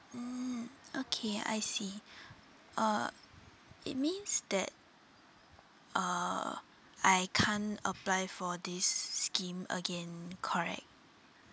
mm okay I see uh it means that uh I can't apply for this scheme again correct